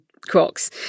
crocs